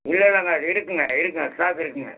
இல்லை இல்லைங்க இருக்குதுங்க இருக்குதுங்க ஸ்டாக் இருக்குதுங்க